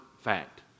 fact